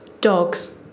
Dogs